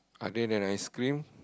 other than ice-cream